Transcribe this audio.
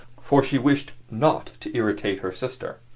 for she wished not to irritate her sister.